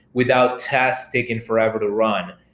without test taking forever to run,